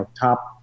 top